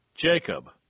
Jacob